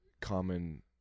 common